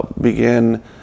begin